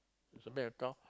so bank account